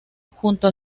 junto